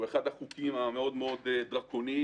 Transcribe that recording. שהוא אחד החוקים המאוד דרקוניים,